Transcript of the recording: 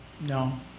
No